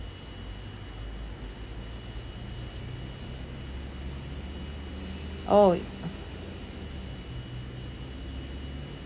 orh